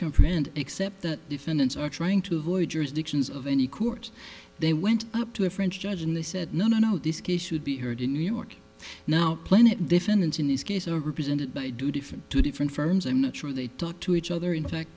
comprehend except that defendants are trying to avoid jurisdiction's of any court they went up to a french judge and they said no no no this case should be heard in new york now plenty of defendants in this case are represented by different two different firms i'm not sure they talk to each other in fact